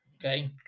Okay